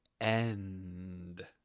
end